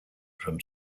from